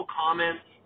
comments